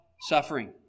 suffering